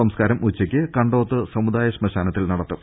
സംസ്കാരം ഉച്ചക്ക് കണ്ടോത്ത് സമുദായ ശ്മശാനത്തിൽ നടത്തും